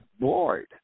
bored